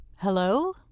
Hello